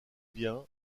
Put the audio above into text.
bien